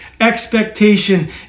expectation